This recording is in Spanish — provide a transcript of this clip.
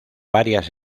varias